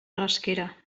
rasquera